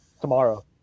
Tomorrow